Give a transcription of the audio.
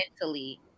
mentally